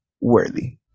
worthy